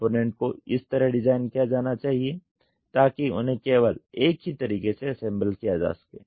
component को इस तरह डिज़ाइन किया जाना चाहिए ताकि उन्हें केवल एक ही तरीके से असेम्ब्ल किया जा सके